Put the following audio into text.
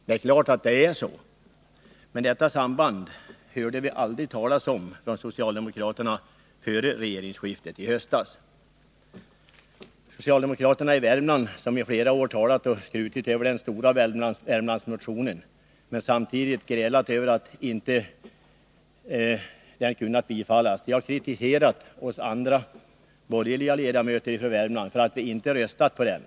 Det är klart att det förhåller sig så, men detta samband hörde vi aldrig talas om från socialdemokratisk sida före regeringsskiftet i höstas. Socialdemokraterna i Värmland, som i flera år talat om och skrutit över den stora Värmlandsmotionen, men samtidigt grälat över att den inte kunnat bifallas, har kritiserat oss borgerliga ledamöter från Värmland för att vi inte röstat på den.